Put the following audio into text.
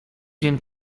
dzień